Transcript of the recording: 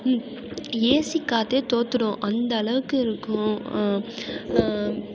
AC காற்றே தோற்றுடும் அந்தளவுக்கு இருக்கும்